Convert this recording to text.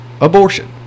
abortion